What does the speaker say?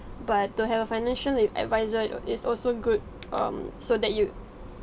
but to have a financial uh adviser uh is also good um so that you'd